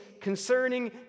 concerning